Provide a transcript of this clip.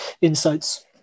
insights